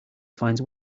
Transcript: finds